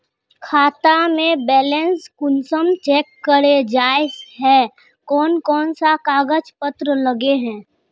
खाता में बैलेंस कुंसम चेक करे जाय है कोन कोन सा कागज पत्र लगे है?